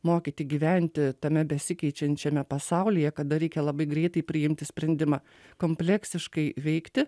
mokyti gyventi tame besikeičiančiame pasaulyje kada reikia labai greitai priimti sprendimą kompleksiškai veikti